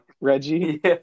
Reggie